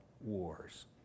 wars